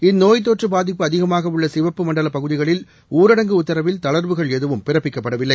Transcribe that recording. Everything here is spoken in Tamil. இந்நோய்த்தொற்று பாதிப்பு அதிகமாக உள்ள சிவப்பு மண்டல பகுதிகளில் ஊரடங்கு உத்தரவில் தளர்வுகள் எதுவும் பிறப்பிக்கப்படவில்லை